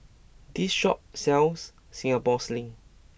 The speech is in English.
this shop sells Singapore Sling